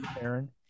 Aaron